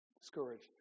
discouraged